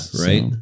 right